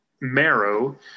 marrow